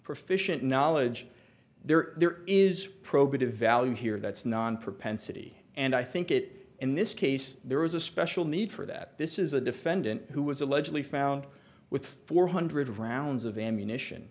proficiency knowledge there there is probative value here that's non propensity and i think it in this case there was a special need for that this is a defendant who was allegedly found with four hundred rounds of ammunition